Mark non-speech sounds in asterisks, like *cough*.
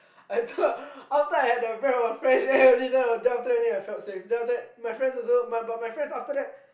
I thought *laughs* after I had a breath a fresh air then I felt safe the after that my friends also but my friends after that